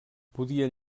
podien